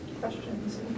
questions